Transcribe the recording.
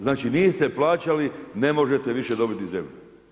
Znači, niste plaćali, ne možete više dobiti zemlju.